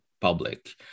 public